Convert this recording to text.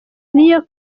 niyo